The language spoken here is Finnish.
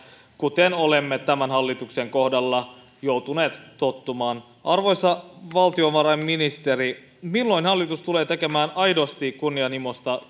kuten olemme tämän hallituksen kohdalla joutuneet tottumaan arvoisa valtiovarainministeri milloin hallitus tulee tekemään aidosti kunnianhimoista